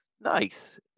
Nice